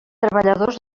treballadors